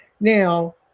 Now